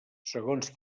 segons